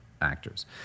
actors